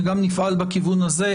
גם נפעל בכיוון הזה.